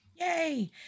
Yay